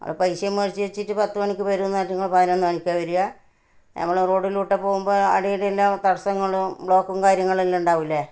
അവിടെ പൈസയും മേടിച്ച് വെച്ചിട്ട് പത്ത് മണിക്ക് വരുമെന്ന് പറഞ്ഞിട്ട് നിങ്ങൾ പതിനൊന്ന് മണിക്കാ വരികാ നമ്മൾ റോഡിലോട്ട് പോകുമ്പോൾ അവിടെ ഇവിടെയെല്ലാം തടസ്സങ്ങളും ബ്ലോക്കും കാര്യങ്ങളും എല്ലാം ഉണ്ടാവൂല്ലേ